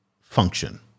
function